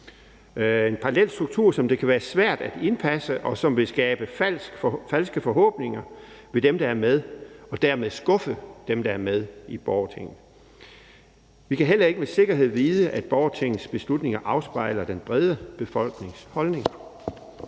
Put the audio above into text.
en parallelstruktur, som det kan være svært at indpasse, og som vil skabe falske forhåbninger hos dem, der er med, og dermed skuffe dem, der er med i borgertinget. Vi kan heller ikke med sikkerhed vide, at borgertingets beslutninger afspejler den brede befolknings holdninger.